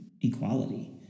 equality